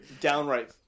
downright